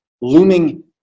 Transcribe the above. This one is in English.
looming